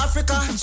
Africa